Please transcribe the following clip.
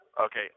Okay